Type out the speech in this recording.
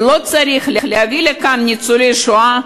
ולא צריך להביא לכאן ניצולי שואה,